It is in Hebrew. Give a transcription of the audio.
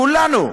לכולנו,